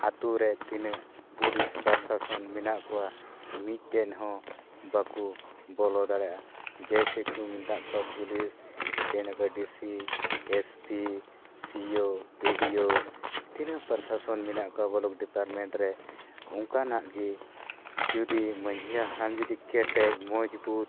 ᱟᱹᱛᱩᱨᱮ ᱛᱤᱱᱟᱹᱜ ᱯᱩᱞᱤᱥ ᱯᱨᱚᱥᱟᱥᱚᱱ ᱢᱮᱱᱟᱜ ᱠᱚᱣᱟ ᱢᱤᱫᱴᱮᱱ ᱦᱚᱸ ᱵᱟᱠᱚ ᱵᱚᱞᱚ ᱫᱟᱲᱮᱭᱟᱜᱼᱟ ᱡᱮᱥᱮ ᱠᱚ ᱢᱮᱛᱟᱜ ᱠᱚᱣᱟ ᱯᱩᱞᱤᱥ ᱢᱤᱫᱴᱮᱡ ᱦᱮᱱᱟᱜ ᱠᱚᱣᱟ ᱰᱤᱥᱤ ᱮᱥᱯᱤ ᱥᱤᱭᱳ ᱵᱤᱰᱤᱭᱳ ᱛᱤᱱᱟᱹᱜ ᱯᱚᱨᱥᱟᱥᱚᱱ ᱢᱮᱱᱟᱜ ᱠᱚᱣᱟ ᱵᱞᱚᱠ ᱰᱤᱯᱟᱨᱴᱢᱮᱱᱴ ᱨᱮ ᱚᱱᱠᱟᱱᱟᱜ ᱜᱮ ᱡᱩᱫᱤ ᱢᱟᱺᱡᱷᱤ ᱦᱟᱲᱟᱢ ᱡᱩᱫᱤ ᱠᱮᱴᱮᱡ ᱢᱚᱡᱽ ᱵᱩᱛ